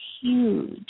huge